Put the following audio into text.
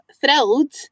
thrilled